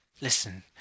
listen